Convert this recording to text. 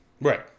Right